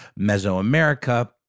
Mesoamerica